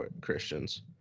Christians